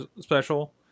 special